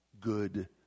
good